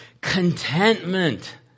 Contentment